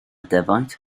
defaid